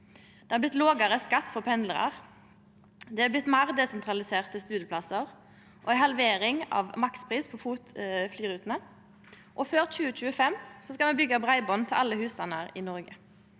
Det har blitt lågare skatt for pendlarar. Det har blitt fleire desentraliserte studieplassar og ei halvering av maksprisen på FOT-rutene, og før 2025 skal me byggje breiband til alle husstandar i Noreg.